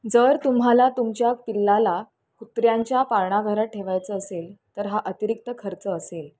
जर तुम्हाला तुमच्या पिल्लाला कुत्र्यांच्या पाळणाघरात ठेवायचं असेल तर हा अतिरिक्त खर्च असेल